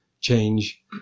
Change